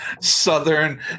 Southern